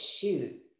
shoot